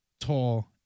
tall